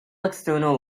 external